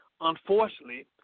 Unfortunately